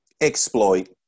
exploit